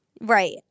Right